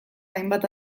hainbat